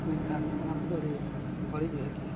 ᱢᱮᱱᱠᱷᱟᱱ ᱚᱱᱟ ᱠᱚᱫᱚ ᱟᱹᱰᱤ ᱵᱟᱹᱲᱤᱡ ᱩᱭᱦᱟᱹᱨ ᱠᱟᱱᱟ